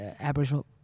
Aboriginal